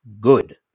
good